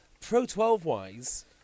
Pro-12-wise